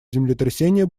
землетрясения